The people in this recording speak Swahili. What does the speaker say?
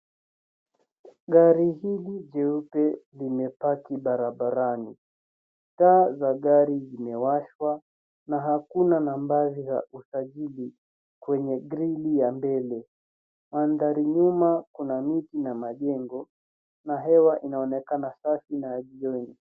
Gari hili jeupe limepaki barabarani. Taa za gari zimewashwa na hakuna nambari za usajili kwenye grilli ya mbele. Mandhari nyuma kuna miti na majengo na hewa inaonekana safi na ya jioni.